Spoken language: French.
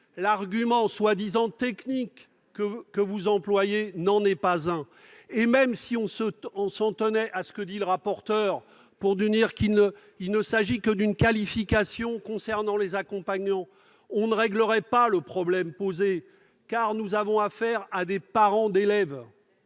l'argument prétendument technique que vous employez n'en est pas un. Même si l'on s'en tenait à ce qu'a dit M. le rapporteur, à savoir qu'il ne s'agit que d'une qualification concernant les accompagnants, on ne réglerait pas le problème posé, car les parents d'élèves